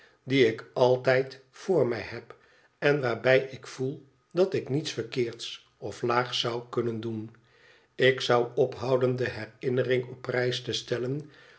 die ik altijd voor mij heb en waarbij ik voel dat ik niets verkeerds of laags zou kunnen doen ik zou ophouden de herinnering op prijs te stellen